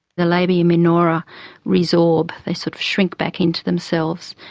the labia minora resorb, they sort of shrink back into themselves.